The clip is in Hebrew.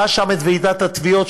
ראה שם את ועידת התביעות,